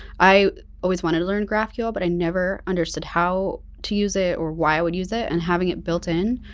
i always wanted to learn graphql, but i never understood how to use it or why i would use it and having it built in,